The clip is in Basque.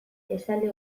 esaldi